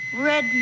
red